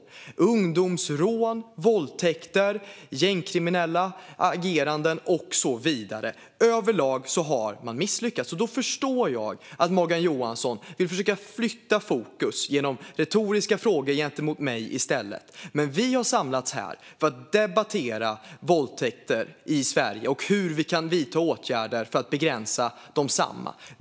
Vad gäller ungdomsrån, våldtäkter, gängkriminalitet och så vidare har man överlag misslyckats. Då förstår jag att Morgan Johansson vill flytta fokus med hjälp av retoriska frågor till mig. Men vi har samlats här för att debattera våldtäkter i Sverige och hur vi kan vidta åtgärder för att begränsa desamma.